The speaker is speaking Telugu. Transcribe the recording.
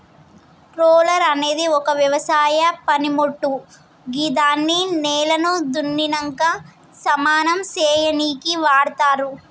రోలర్ అనేది ఒక వ్యవసాయ పనిమోట్టు గిదాన్ని నేలను దున్నినంక సమానం సేయనీకి వాడ్తరు